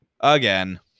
again